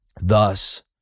Thus